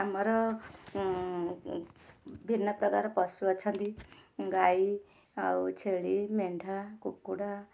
ଆମର ଭିନ୍ନ ପ୍ରକାର ପଶୁ ଅଛନ୍ତି ଗାଈ ଆଉ ଛେଳି ମେଣ୍ଢା କୁକୁଡ଼ା